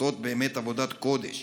שעושות באמת עבודת קודש